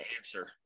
answer